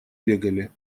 бегали